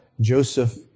Joseph